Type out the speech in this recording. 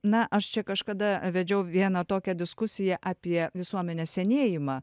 na aš čia kažkada vedžiau vieną tokią diskusiją apie visuomenės senėjimą